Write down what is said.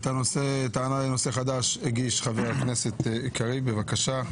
את הטענה לנושא חדש הגיש חבר הכנסת קריב, בבקשה.